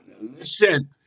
Listen